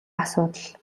асуудал